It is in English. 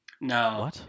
No